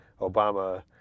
Obama